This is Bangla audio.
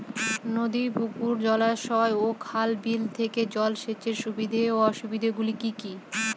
নদী পুকুর জলাশয় ও খাল বিলের থেকে জল সেচের সুবিধা ও অসুবিধা গুলি কি কি?